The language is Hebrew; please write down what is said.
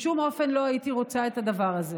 בשום אופן לא הייתי רוצה את הדבר הזה.